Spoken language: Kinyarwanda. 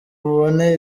mubone